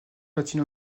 latino